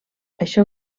això